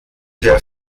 der